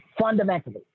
Fundamentally